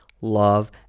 love